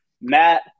Matt